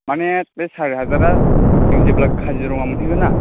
मानि बे सारि हाजारआ जों जेब्ला काजिरङा मोनहैगोन ना